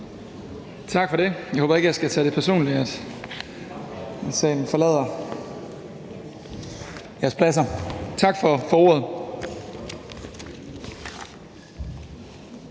Tak for det. Jeg håber ikke, jeg skal tage det personligt, at medlemmerne forlader